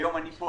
היום אני פה